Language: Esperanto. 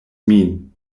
min